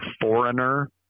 foreigner